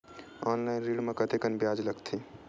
Online ऋण म कतेकन ब्याज लगथे?